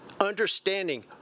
understanding